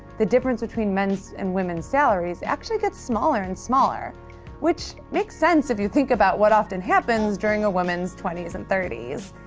the difference between men's and women's salaries gets smaller and smaller which makes sense if you think about what often happens during a woman's twenty s and thirty s.